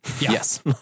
Yes